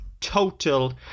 Total